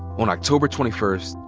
on october twenty first,